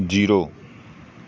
zero